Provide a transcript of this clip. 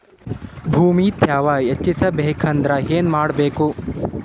ಭೂಮಿ ತ್ಯಾವ ಹೆಚ್ಚೆಸಬೇಕಂದ್ರ ಏನು ಮಾಡ್ಬೇಕು?